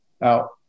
Now